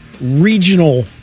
regional